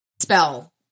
spell